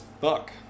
fuck